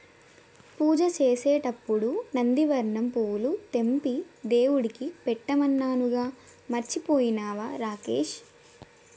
పూజ చేసేటప్పుడు నందివర్ధనం పూలు తెంపి దేవుడికి పెట్టమన్నానుగా మర్చిపోయినవా రాకేష్